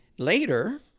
Later